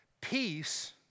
Peace